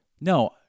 No